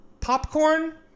Popcorn